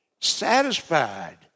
satisfied